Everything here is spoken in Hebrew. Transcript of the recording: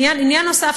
עניין נוסף,